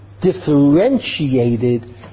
differentiated